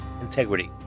integrity